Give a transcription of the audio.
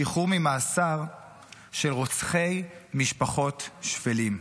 לשחרור ממאסר של רוצחי משפחות שפלים.